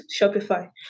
Shopify